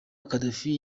gaddafi